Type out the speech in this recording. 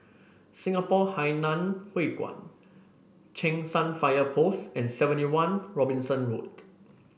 Singapore Hainan Hwee Kuan Cheng San Fire Post and Seventy One Robinson Road